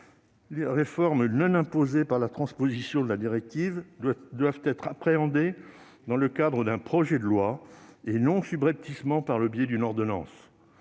Les réformes non imposées par la transposition de la directive doivent être appréhendées dans le cadre d'un projet de loi, et non subrepticement par le biais d'une ordonnance.